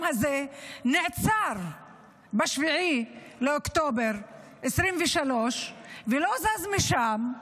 הזה ב-7 באוקטובר 2023 ולא זז משם,